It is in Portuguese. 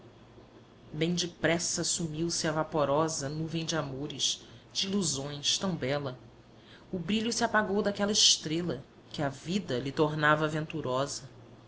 bem depressa sumiu-se a vaporosa nuvem de amores de ilusões tão bela o brilho se pagou daquela estrela que a vida lhe tornava venturosa